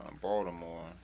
Baltimore